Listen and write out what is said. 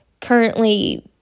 currently